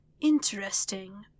Interesting